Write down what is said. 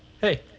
Hey